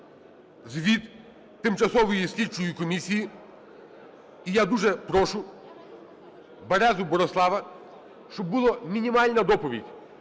звіт тимчасової слідчої комісії. І я дуже прошу Березу Борислава, щоб була мінімальна доповідь.